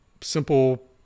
simple